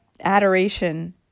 adoration